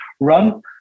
run